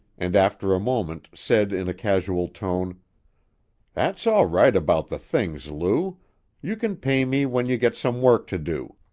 and after a moment said in a casual tone that's all right about the things, lou you can pay me when you get some work to do.